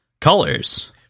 colors